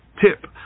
tip